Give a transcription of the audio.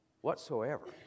whatsoever